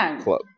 Club